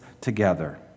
together